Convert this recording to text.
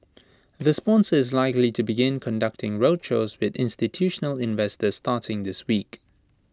the sponsor is likely to begin conducting roadshows with institutional investors starting this week